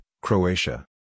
Croatia